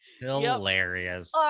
Hilarious